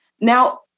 Now